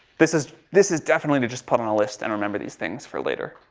this is, this is definitely to just put on a list and remember these things for later.